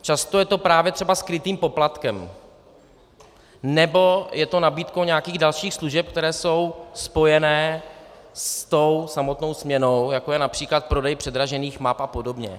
Často je to právě třeba skrytým poplatkem nebo je to nabídkou nějakých dalších služeb, které jsou spojené s tou samotnou směnou, jako je například prodej předražených map apod.